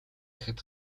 гэхэд